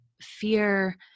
fear